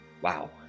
wow